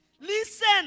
Listen